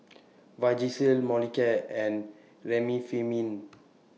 Vagisil Molicare and Remifemin